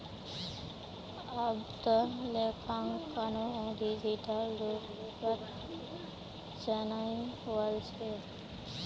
अब त लेखांकनो डिजिटल रूपत चनइ वल छ